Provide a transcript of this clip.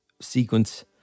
sequence